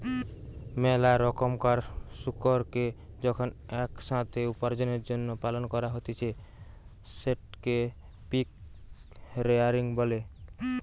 মেলা রোকমকার শুকুরকে যখন এক সাথে উপার্জনের জন্য পালন করা হতিছে সেটকে পিগ রেয়ারিং বলে